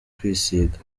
kwisiga